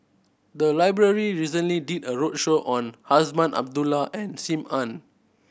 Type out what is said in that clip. the library recently did a roadshow on Azman Abdullah and Sim Ann